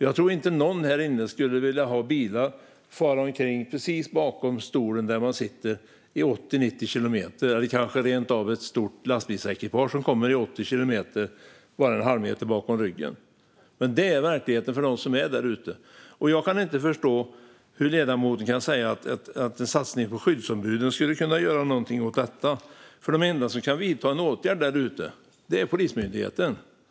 Jag tror inte att någon här inne skulle vilja ha bilar som far omkring i 80-90 kilometer i timmen bakom den stol som man sitter på, eller kanske rent av ett stort lastbilsekipage som kommer i 80 kilometer i timmen en halv meter bakom ryggen. Men det är verkligheten för dem som är där ute. Jag kan inte förstå hur ledamoten kan säga att en satsning på skyddsombuden skulle kunna göra någonting åt detta, för de enda som kan vidta en åtgärd där ute är Polismyndigheten.